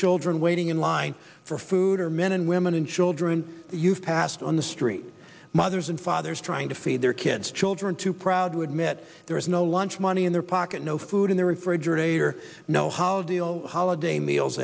children waiting in line for food are men and women and children you've passed on the street mothers and fathers trying to feed their kids children too proud to admit there is no lunch money in their pocket no food in their refrigerator no house deal holiday meals